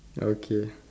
okay